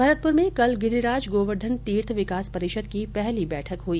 भरतपुर में कल गिरिराज गोवर्धन तीर्थ विकास परिषद की पहली बैठक आयोजित हुई